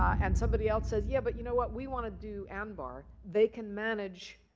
and somebody else says, yeah, but you know what? we want to do anbar. they can manage,